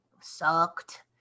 sucked